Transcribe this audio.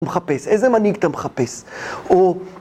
מחפש, איזה מנהיג אתה מחפש? או...